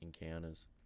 encounters